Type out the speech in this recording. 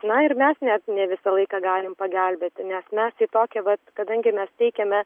na ir mes net ne visą laiką galim pagelbėti nes mes į tokią vat kadangi mes teikiame